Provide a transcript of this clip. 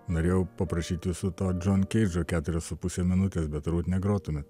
norėjau paprašyt viso to džon keidžo keturios su puse minutės bet turbūt negrotumėt